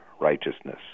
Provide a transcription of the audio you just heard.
righteousness